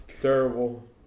Terrible